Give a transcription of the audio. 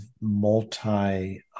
multi